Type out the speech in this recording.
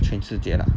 全世界 lah